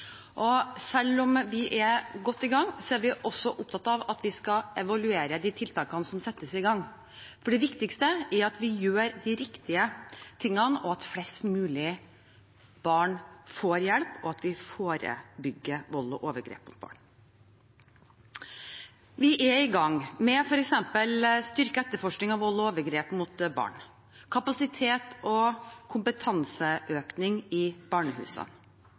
og selv om vi er godt i gang, er vi også opptatt av at vi skal evaluere de tiltakene som settes i gang. Det viktigste er at vi gjør de riktige tingene, at flest mulig barn får hjelp, og at vi forebygger vold og overgrep mot barn. Vi er f.eks. i gang med styrket etterforskning av vold og overgrep mot barn og med økning av kapasitet og kompetanse i barnehusene.